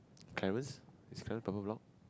Clarence is Clarence block block block